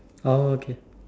oh okay